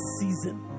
season